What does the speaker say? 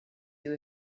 you